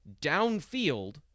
downfield